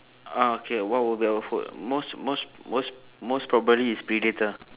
okay what would be our food most most most most probably it's predator